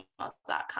gmail.com